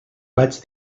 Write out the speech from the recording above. vaig